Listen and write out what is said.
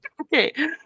okay